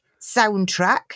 soundtrack